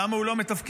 למה הוא לא מתפקד?